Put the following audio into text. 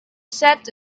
set